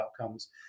outcomes